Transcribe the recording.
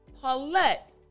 Paulette